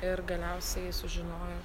ir galiausiai sužinojo